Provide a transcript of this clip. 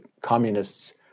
Communists